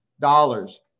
dollars